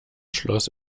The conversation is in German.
schloß